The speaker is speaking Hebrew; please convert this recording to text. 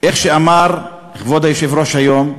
כמו שאמר כבוד היושב-ראש היום,